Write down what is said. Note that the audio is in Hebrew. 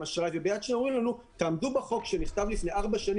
אשראי וביד שנייה אומרים לנו תעמדו בחוק שנכתב לפני ארבע שנים